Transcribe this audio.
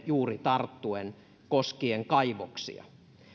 juuri tarttuen tähän huoleen koskien kaivoksia